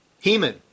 Heman